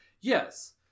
yes